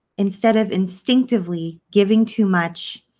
instead of instinctively giving too much